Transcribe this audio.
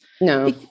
No